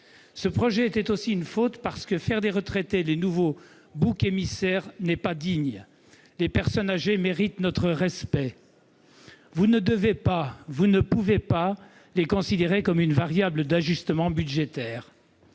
Ce serait une faute ensuite parce que faire des retraités les nouveaux boucs émissaires n'est pas digne ! Les personnes âgées méritent notre respect. Vous ne pouvez pas les considérer comme une variable d'ajustement budgétaire.